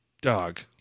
dog